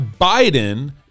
Biden